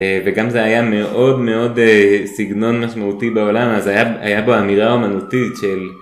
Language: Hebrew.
וגם זה היה מאוד מאוד סגנון משמעותי בעולם אז היה פה אמירה אומנותית של